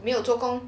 没有做工